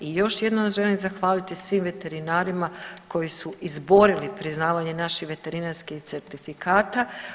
I još jednom želim zahvaliti svim veterinarima koji su izborili priznavanje naših veterinarskih certifikata.